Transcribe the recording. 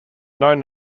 known